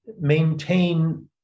maintain